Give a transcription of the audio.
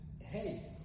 Hey